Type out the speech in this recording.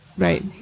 Right